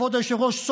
כבוד היושב-ראש,